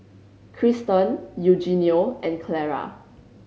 Krysten Eugenio and Clara